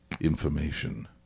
information